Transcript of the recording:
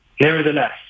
Nevertheless